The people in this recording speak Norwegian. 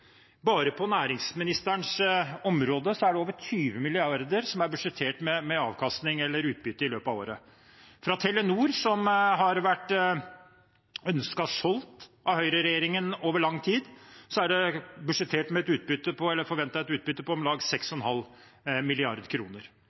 over 20 mrd. kr som er budsjettert med avkastning eller utbytte i løpet av året. Fra Telenor, som har vært ønsket solgt av høyreregjeringen over lang tid, er det forventet et utbytte på